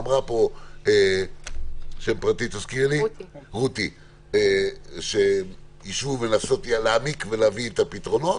אמרה פה רותי שישבו לנסות להעמיק ולהביא את הפתרונות.